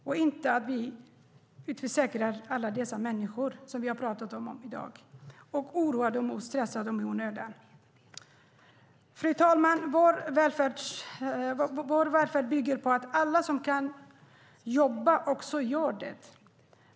Vi ska inte utförsäkra alla dessa människor, som vi har talat om i dag, och inte oroa och stressa dem i onödan. Fru talman! Vår välfärd bygger på att alla som kan jobba också gör det.